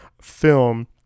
film